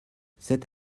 cette